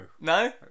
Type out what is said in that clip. no